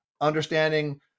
understanding